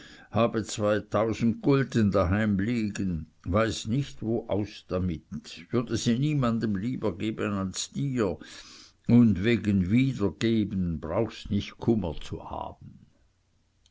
habe zweitausend gulden liegen daheim weiß nicht wo aus damit würde sie niemanden lieber geben als dir und wegen wiedergeben brauchst nicht kummer zu haben